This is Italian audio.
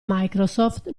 microsoft